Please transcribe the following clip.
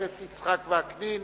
חבר הכנסת יצחק וקנין